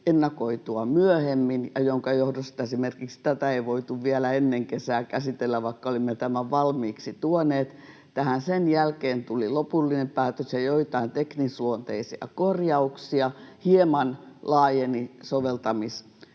ennakoitua myöhemmin ja jonka johdosta esimerkiksi tätä ei voitu vielä ennen kesää käsitellä, vaikka olimme tämän valmiiksi tuoneet. Tähän tuli sen jälkeen lopullinen päätös ja joitain teknisluonteisia korjauksia, hieman laajeni soveltamisala,